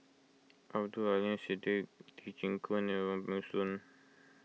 Abdul Aleem Siddique Lee Chin Koon and Wong Peng Soon